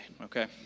okay